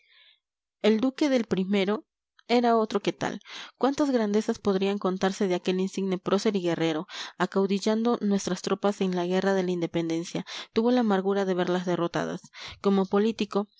el duque del i era otro que tal cuántas grandezas podrían contarse de aquel insigne prócer y guerrero acaudillando nuestras tropas en la guerra de la independencia tuvo la amargura de verlas derrotadas como político